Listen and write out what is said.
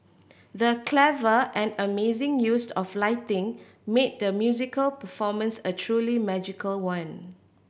the clever and amazing used of lighting made the musical performance a truly magical one